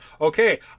Okay